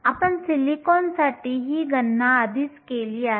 आपण सिलिकॉनसाठी ही गणना आधीच केली आहे